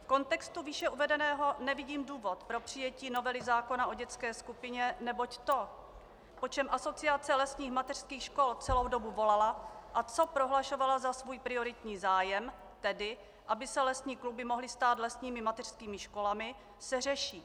V kontextu výše uvedeného nevidím důvod pro přijetí novely zákona o dětské skupině, neboť to, po čem Asociace lesních mateřských škol celou dobu volala a co prohlašovala za svůj prioritní zájem, tedy aby se lesní kluby mohly stát lesními mateřskými školami, se řeší.